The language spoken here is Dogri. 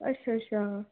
अच्छा अच्छा